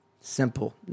Simple